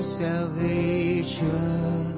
salvation